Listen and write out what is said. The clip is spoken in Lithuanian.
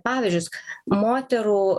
pavyzdžius moterų